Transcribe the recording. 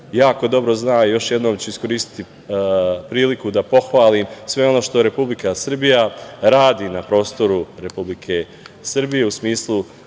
jako dobro zna, još jednom u iskoristiti priliku da pohvalim sve ono što Republika Srbija radi na prostoru Republike Srbije u smislu